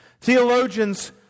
Theologians